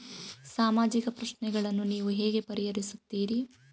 ಸಾಮಾಜಿಕ ಪ್ರಶ್ನೆಗಳನ್ನು ನೀವು ಹೇಗೆ ಪರಿಹರಿಸುತ್ತೀರಿ?